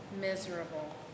Miserable